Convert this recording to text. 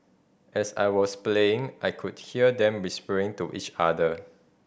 as I was playing I could hear them whispering to each other